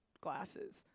glasses